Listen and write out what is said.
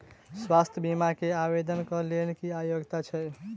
स्वास्थ्य बीमा केँ आवेदन कऽ लेल की योग्यता छै?